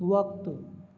وقت